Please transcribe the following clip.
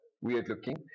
weird-looking